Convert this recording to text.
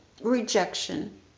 rejection